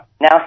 Now